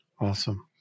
Awesome